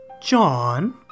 John